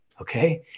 Okay